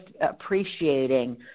appreciating